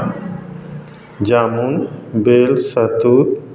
जामुन बेल शहतूत